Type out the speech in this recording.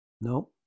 No